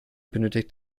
benötigt